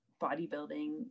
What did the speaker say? bodybuilding